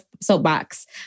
soapbox